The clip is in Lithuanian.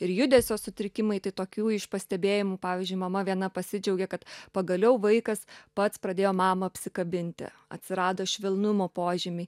ir judesio sutrikimai tai tokių iš pastebėjimų pavyzdžiui mama viena pasidžiaugė kad pagaliau vaikas pats pradėjo mamą apsikabinti atsirado švelnumo požymiai